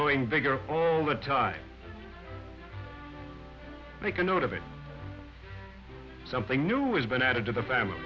growing bigger all the time make a note of it something new has been added to the family